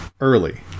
early